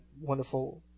wonderful